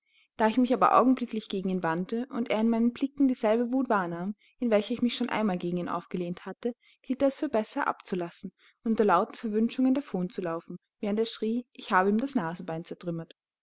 da ich mich aber augenblicklich gegen ihn wandte und er in meinen blicken dieselbe wut wahrnahm in welcher ich mich schon einmal gegen ihn aufgelehnt hatte hielt er es für besser abzulassen und unter lauten verwünschungen davon zu laufen während er schrie ich habe ihm das nasenbein zertrümmert